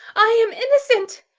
i am innocent,